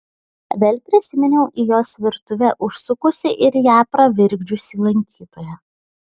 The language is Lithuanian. vėl prisiminiau į jos virtuvę užsukusį ir ją pravirkdžiusį lankytoją